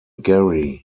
gary